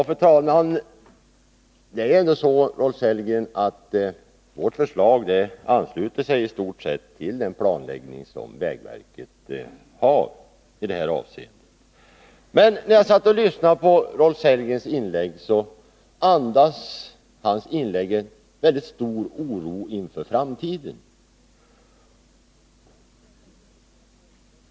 Fru talman! Det är ändå så, Rolf Sellgren, att vårt förslag i stort ansluter sig till vägverkets planläggning i det här avseendet. När jag lyssnade till Rolf Sellgren fann jag emellertid att hans inlägg andades stor oro inför framtiden.